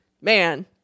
man